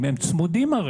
צמודים: